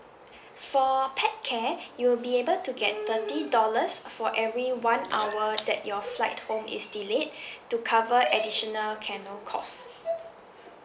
for pet care you will be able to get thirty dollars for every one hour that your flight home is delayed to cover additional kennel cost